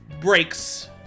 Breaks